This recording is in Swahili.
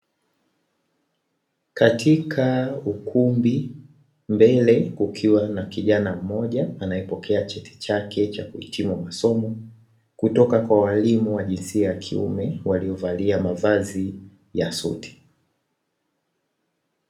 Katika ukumbi, mbele kukiwa na kijana mmoja anayepokea cheti chake cha kuhitimu masomo, kutoka kwa walimu wa jinsia ya kiume waliovalia mavazi ya suti.